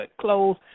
clothes